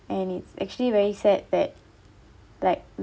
and it's actually very sad that like